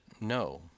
no